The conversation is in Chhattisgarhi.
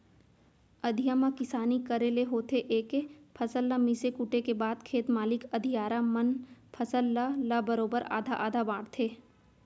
अधिया म किसानी करे ले होथे ए के फसल ल मिसे कूटे के बाद खेत मालिक अधियारा मन फसल ल ल बरोबर आधा आधा बांटथें